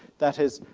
that is,